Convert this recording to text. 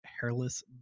hairless